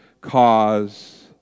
cause